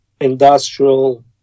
industrial